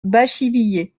bachivillers